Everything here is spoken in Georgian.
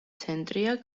ცენტრია